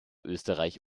österreich